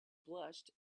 blushed